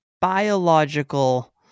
biological